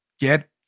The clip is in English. Get